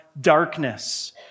darkness